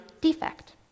defect